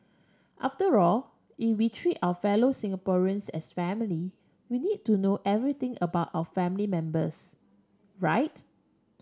after all if we treat our fellow Singaporeans as family we need to know everything about our family members right